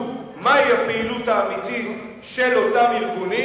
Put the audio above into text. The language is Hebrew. מהי הפעילות האמיתית של אותם ארגונים,